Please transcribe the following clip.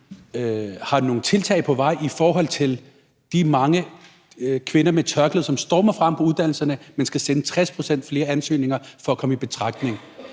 har nogle tiltag på vej i forhold til de mange kvinder med tørklæde, som stormer frem på uddannelserne, men som skal sende 60 pct. flere ansøgninger for at komme i betragtning